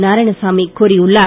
நாராயணசாமி கூறியுள்ளார்